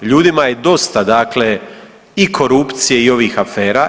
Ljudima je dosta dakle i korupcije i ovih afera.